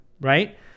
right